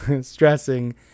stressing